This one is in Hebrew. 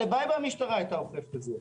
אם הלוואי שהמשטרה היתה אוכפת את זה.